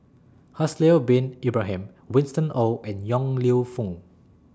Haslir Bin Ibrahim Winston Oh and Yong Lew Foong